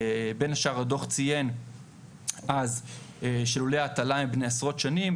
בין השאר הדוח ציין עד שלולי הטלה הם בני עשרות שנים,